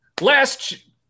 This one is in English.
Last